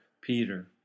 Peter